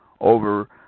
over